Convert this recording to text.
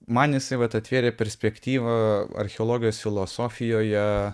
man jisai vat atvėrė perspektyvą archeologijos filosofijoje